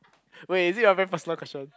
wait is it a very personal question